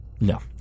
No